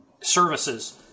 services